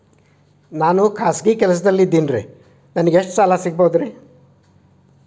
ನಾನು ಖಾಸಗಿ ಕೆಲಸದಲ್ಲಿದ್ದೇನೆ ನನಗೆ ಎಷ್ಟು ಸಾಲ ಸಿಗಬಹುದ್ರಿ?